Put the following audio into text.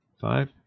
Five